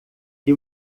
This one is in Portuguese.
que